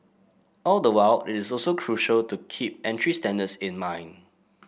all the while it is also crucial to keep entry standards in mind